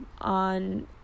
on